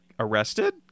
arrested